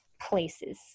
places